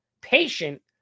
patient